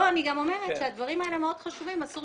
אני אומרת שהדברים האלה מאוד חשובים ואסור